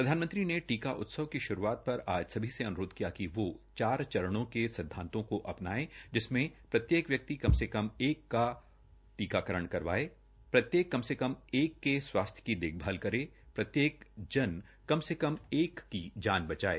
प्रधानमंत्री ने टीका उत्सव की श्रूआत पर आज सभी से अन्रोध किया है कि वो चार चरणों के सिद्धांतों को अपनायें जिसमें प्रत्येक व्यक्ति कम से कम एक को टीकाकरण के लिए आगे जाये प्रत्येक कम से कम एक के स्वास्थ्य की देखभाल करे प्रत्येक जन कम से कम एक ही जान बनायें